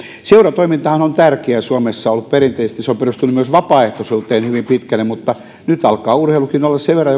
seuratoimintahan on tärkeää suomessa ollut perinteisesti se on perustunut myös vapaaehtoisuuteen hyvin pitkälle mutta nyt alkaa urheilukin olla jo sen verran